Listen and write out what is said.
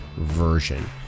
version